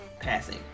passing